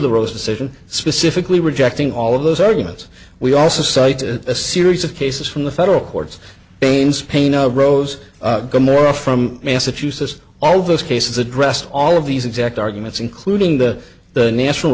the rose decision specifically rejecting all of those arguments we also cited a series of cases from the federal courts against pain of rose gomorrah from massachusetts all those cases addressed all of these exact arguments including that the national